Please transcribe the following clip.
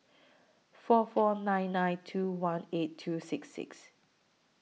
four four nine nine two one eight two six six